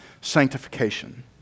sanctification